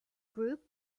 group